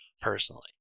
Personally